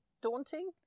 daunting